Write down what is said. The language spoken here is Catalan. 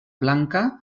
blanca